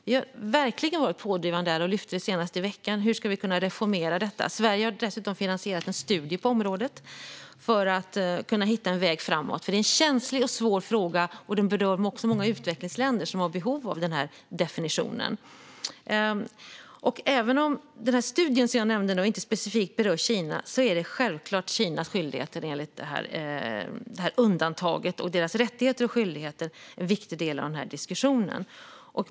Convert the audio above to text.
Vi har verkligen varit pådrivande där och tog senast i veckan upp hur vi ska kunna reformera detta. Sverige har dessutom finansierat en studie på området för att kunna hitta en väg framåt. Det är en känslig och svår fråga, och den berör också många utvecklingsländer som har behov av denna definition. Även om denna studie inte specifikt berör Kina är det självklart Kinas skyldigheter enligt undantaget, och deras rättigheter och skyldigheter är en viktig del av diskussionen.